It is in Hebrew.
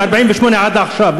מ-1948 עד עכשיו,